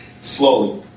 slowly